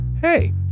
hey